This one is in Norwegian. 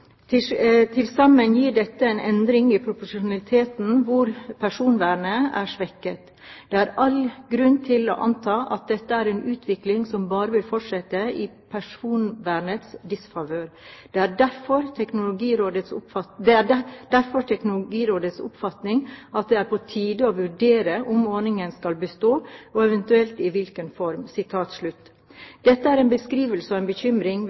Til sammen medfører dette en endring i proporsjonaliteten hvor personvernet er svekket. Det er all grunn til å anta at dette er en utvikling som bare vil fortsette i personvernets disfavør. Det er derfor vår oppfatning at det er på tide å vurdere om ordningen skal bestå, og eventuelt i hvilken form.» Dette er en beskrivelse og bekymring